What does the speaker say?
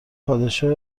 پادشاه